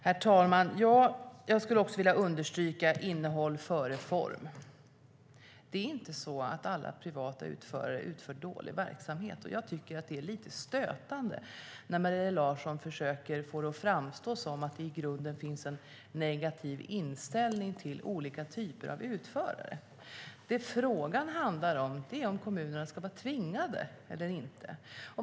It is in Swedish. Herr talman! Jag skulle också vilja understryka: innehåll före form. Det är inte så att alla privata utförare bedriver en dålig verksamhet, och jag tycker att det är lite stötande när Maria Larsson försöker få det att framstå som att det i grunden finns en negativ inställning till olika typer av utförare. Det frågan handlar om är om kommunerna ska vara tvingade eller inte.